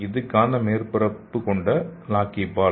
இது காந்த மேற்பரப்பு கொண்ட லாக்கிபால்